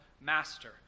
master